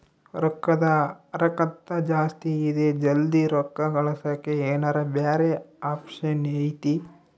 ರೊಕ್ಕದ ಹರಕತ್ತ ಜಾಸ್ತಿ ಇದೆ ಜಲ್ದಿ ರೊಕ್ಕ ಕಳಸಕ್ಕೆ ಏನಾರ ಬ್ಯಾರೆ ಆಪ್ಷನ್ ಐತಿ?